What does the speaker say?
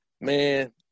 man